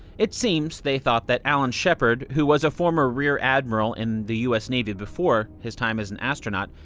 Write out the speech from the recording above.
it seems, they thought, that alan shepard, who was a former rear admiral in the u s. navy before his time as an astronaut,